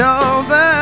over